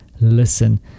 listen